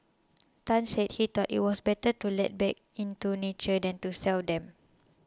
Tan said he thought it was better to let back into nature than to sell them